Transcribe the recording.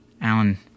Alan